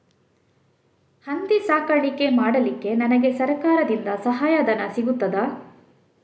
ಹಂದಿ ಸಾಕಾಣಿಕೆ ಮಾಡಲಿಕ್ಕೆ ನನಗೆ ಸರಕಾರದಿಂದ ಸಹಾಯಧನ ಸಿಗುತ್ತದಾ?